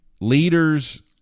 leaders